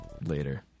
later